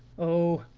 oh,